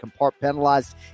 compartmentalized